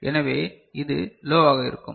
எனவே இது லோவாக இருக்கும்